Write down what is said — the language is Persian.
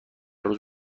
روز